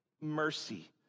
mercy